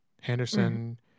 Henderson